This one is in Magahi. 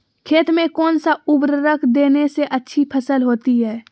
खेत में कौन सा उर्वरक देने से अच्छी फसल होती है?